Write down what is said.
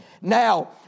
Now